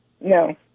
no